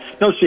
no